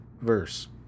verse